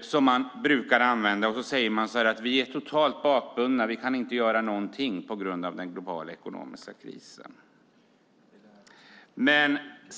som man brukar göra, och så säger man: Vi är totalt bakbundna. Vi kan inte göra någonting på grund av den globala ekonomiska krisen.